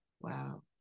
Wow